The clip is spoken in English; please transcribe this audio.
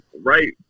right